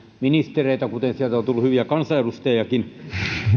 ministereitä kuten sieltä on tullut hyviä kansanedustajiakin